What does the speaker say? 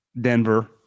Denver